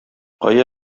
кая